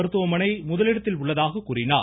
மருத்துவமனை முதலிடத்தில் உள்ளதாக கூறினார்